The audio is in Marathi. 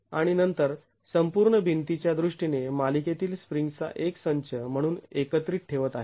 आणि नंतर संपूर्ण भिंती च्या दृष्टीने मालिकेतील स्प्रिंग्ज् चा एक संच म्हणून एकत्रित ठेवत आहे